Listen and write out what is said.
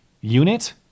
unit